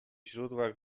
źródłach